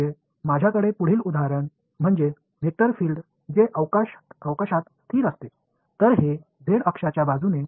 அடுத்ததாக அதாவது எடுத்துக்காட்டாக என்னிடம் உள்ள வெக்டர் பீல்டு ஒரு இடத்தில் நிலையாக உள்ளது என்று வைத்துக் கொள்வோம்